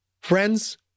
Friends